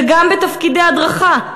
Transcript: וגם בתפקידי הדרכה.